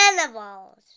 animals